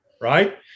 right